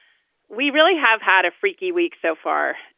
we really have had a freaky week so far,